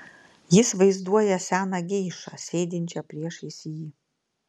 jis vaizduoja seną geišą sėdinčią priešais jį